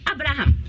Abraham